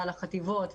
החטיבות,